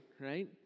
right